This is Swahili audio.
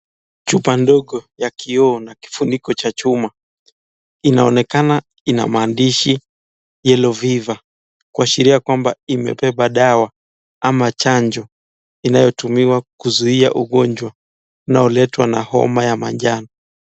Chupa ndogo ya kiyoo na kifuniko ya chuma inaonekana inamandishi yellow fever ,kuashiria kwamba imepepa dawa ama chanjo inayotumika kuzuia ugonjwa unayoletwa na homa ya manjano.